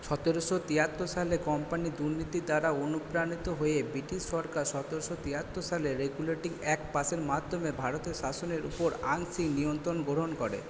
সতেরোশো তিয়াত্তর সালে কোম্পানির দুর্নীতি দ্বারা অনুপ্রাণিত হয়ে ব্রিটিশ সরকার সতেরোশো তিয়াত্তর সালে রেগুলেটিং অ্যাক্ট পাশের মাধ্যমে ভারতের শাসনের উপর আংশিক নিয়ন্ত্রণ গ্রহণ করে